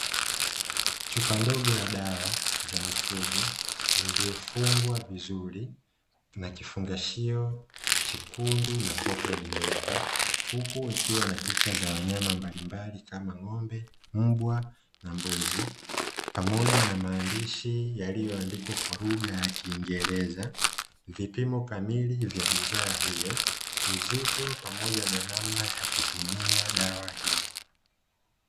Chupa ndogo ya dawa za mifugo, iliyofungwa vizuri na kifungashio chekundu na kopo jeupe, huku ikiwa na picha za wanyama mbalimbali kama ng'ombe, mbwa na mbuzi, pamoja na maandishi yaliyoandikwa kwa lugha ya kiingereza, vipimo kamili vya bidhaa hiyo, uzito pamoja na namna ya kutumia dawa hiyo.